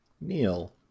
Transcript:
Neil